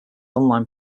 online